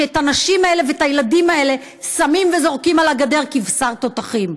שאת הנשים האלה ואת הילדים האלה שמים וזורקים על הגדר כבשר תותחים,